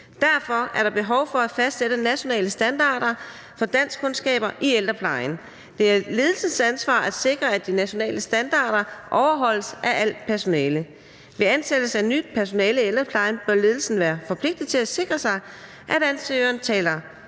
Derfor er der behov for at fastsætte nationale standarder for danskkundskaber i ældreplejen. Det er ledelsens ansvar at sikre, at de nationale standarder overholdes af alt personale. Ved ansættelse af nyt personale i ældreplejen bør ledelsen være forpligtet til at sikre sig, at ansøgeren taler